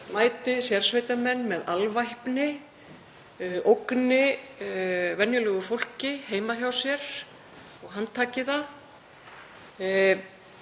mæti sérsveitarmenn með alvæpni, ógni venjulegu fólki heima hjá sér og handtaki það.